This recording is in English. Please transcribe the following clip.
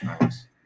Nice